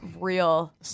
real